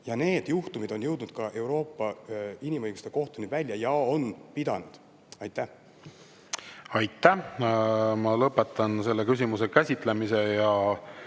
Need juhtumid on jõudnud ka Euroopa Inimõiguste Kohtuni välja ja on pidanud. Aitäh! Ma lõpetan selle küsimuse käsitlemise.